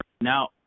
now